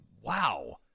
wow